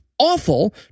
AWFUL